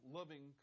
loving